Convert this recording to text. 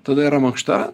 tada yra mankšta